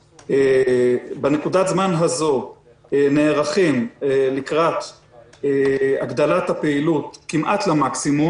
בנקודת הזמן הזו אנחנו נערכים להגדלת הפעילות כמעט למקסימום.